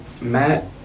Matt